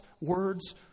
words